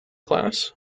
class